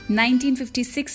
1956